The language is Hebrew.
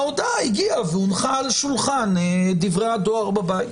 ההודעה הגיעה והונחה על שולחן דברי הדואר בבית.